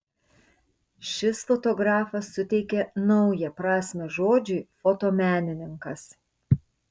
šis fotografas suteikė naują prasmę žodžiui fotomenininkas